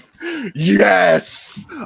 Yes